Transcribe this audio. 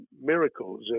miracles